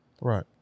Right